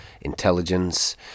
intelligence